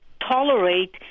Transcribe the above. tolerate